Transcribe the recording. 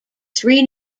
three